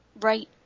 right